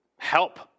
Help